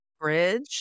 bridge